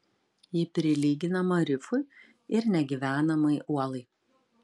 ji prilyginama rifui ir negyvenamai uolai